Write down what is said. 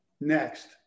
Next